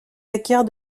acquiert